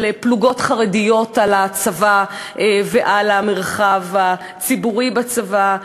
פלוגות חרדיות על הצבא ועל המרחב הציבורי בצבא.